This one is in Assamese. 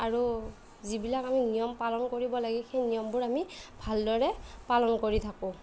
আৰু যিবিলাক আমি নিয়ম পালন কৰিব লাগে সেই নিয়মবোৰ আমি ভালদৰে পালন কৰি থাকোঁ